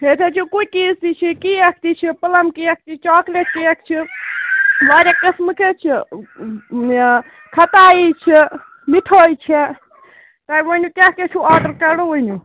ییٚتہِ حظ چھِ کُکیٖز تہِ چھِ کیک تہِ چھِ پُلَم کیک تہِ چاکلیٹ کیک چھِ واریاہ قٕسمٕکۍ حظ چھِ یہِ خَتاے چھِ مِٹھٲے چھےٚ تۄہہِ ؤنِو کیٛاہ کیٛاہ چھُو آرڈَر کَرُن ؤنِو